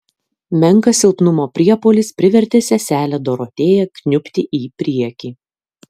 menkas silpnumo priepuolis privertė seselę dorotėją kniubti į priekį